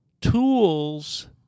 tools